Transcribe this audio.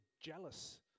jealous